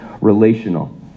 relational